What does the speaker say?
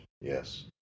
Yes